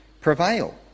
prevail